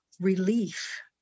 relief